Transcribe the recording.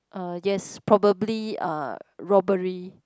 uh yes probably uh robbery